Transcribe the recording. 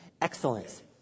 excellence